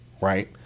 right